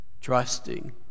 Trusting